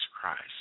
Christ